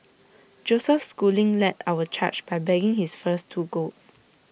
Joseph schooling led our charge by bagging his first two golds